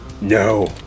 No